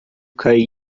caí